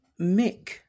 Mick